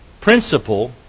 principle